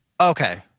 Okay